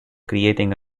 creating